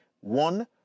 One